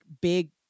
big